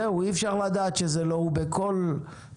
זהו, אי אפשר לדעת שזה לא הוא מכול טלפון.